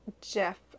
Jeff